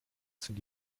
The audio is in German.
sind